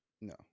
No